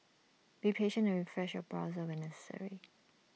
be patient and refresh your browser when necessary